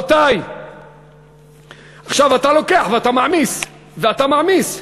אתה לוקח ואתה מעמיס ואתה מעמיס.